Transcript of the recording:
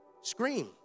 Scream